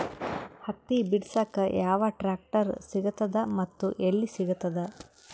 ಹತ್ತಿ ಬಿಡಸಕ್ ಯಾವ ಟ್ರಾಕ್ಟರ್ ಸಿಗತದ ಮತ್ತು ಎಲ್ಲಿ ಸಿಗತದ?